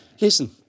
Listen